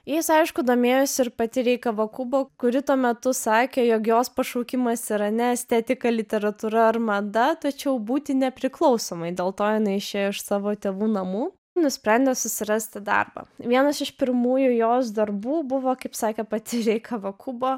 jis aišku domėjosi ir pati rei kavakubo kuri tuo metu sakė jog jos pašaukimas yra ne estetika literatūra ar mada tačiau būti nepriklausomai dėl to jinai išėjo iš savo tėvų namų nusprendė susirasti darbą vienas iš pirmųjų jos darbų buvo kaip sakė pati rei kavakubo